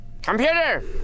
Computer